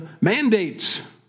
mandates